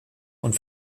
und